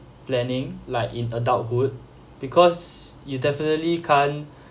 planning like in adulthood because you definitely can't